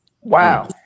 Wow